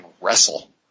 wrestle